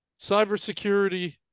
cybersecurity